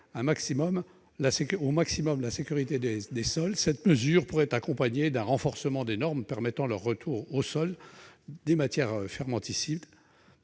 au maximum la sécurité des sols, cette mesure pourrait être accompagnée d'un renforcement de normes permettant le retour aux sols des matières fermentescibles